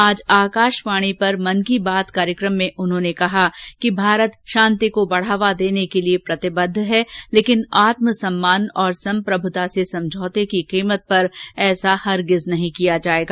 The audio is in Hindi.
आज आकाशवाणी पर मन की बात कार्यक्रम में उन्होंने कहा कि भारत शांति को बढ़ावा देने के लिए प्रतिबद्ध है लेकिन आत्म सम्मान और संप्रभुता से समझौते की कीमत पर ऐसा हरगिज नहीं किया जाएगा